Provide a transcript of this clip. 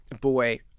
Boy